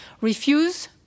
refuse